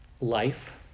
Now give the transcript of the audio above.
life